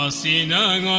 um c nine